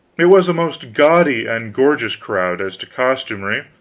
it was a most gaudy and gorgeous crowd, as to costumery,